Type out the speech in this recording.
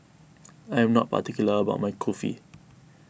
I am not particular about my Kulfi